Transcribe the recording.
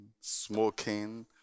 smoking